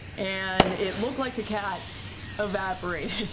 and it looked like the cat evaporated.